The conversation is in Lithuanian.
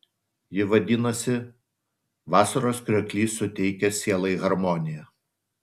ji vadinasi vasaros krioklys suteikia sielai harmoniją